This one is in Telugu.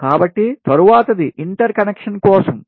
కాబట్టి తరువాతది ఇంటర్ కనెక్షన్ కోసం